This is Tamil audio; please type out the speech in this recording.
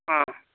ஆ